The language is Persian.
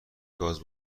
گاز